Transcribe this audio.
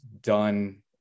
done